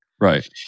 Right